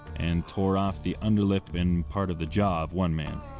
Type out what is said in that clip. and tore off the underlip and part of the jaw of one man.